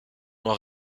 noir